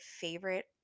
favorite